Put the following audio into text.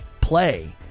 play